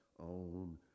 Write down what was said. own